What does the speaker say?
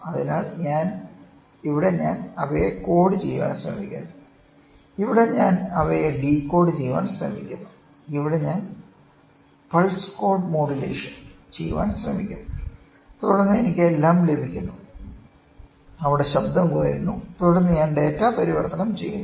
അതിനാൽ ഇവിടെ ഞാൻ അവയെ കോഡ് ചെയ്യാൻ ശ്രമിക്കുന്നു ഇവിടെ ഞാൻ അവയെ ഡീകോഡ് ചെയ്യാൻ ശ്രമിക്കുന്നു ഇവിടെ ഞാൻ പൾസ് കോഡ് മോഡുലേഷൻ ചെയ്യാൻ ശ്രമിക്കുന്നു തുടർന്ന് എനിക്ക് എല്ലാം ലഭിക്കുന്നു അവിടെ ശബ്ദം കുറയുന്നു തുടർന്ന് ഞാൻ ഡാറ്റ പരിവർത്തനം ചെയ്യുന്നു